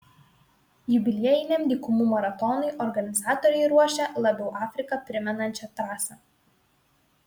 jubiliejiniam dykumų maratonui organizatoriai ruošia labiau afriką primenančią trasą